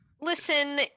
Listen